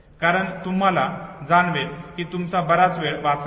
कारण तुम्हाला जाणवेल की तुमचा बराच वेळ वाचला आहे